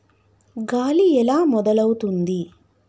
గాలి ఎలా మొదలవుతుంది?